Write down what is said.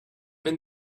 been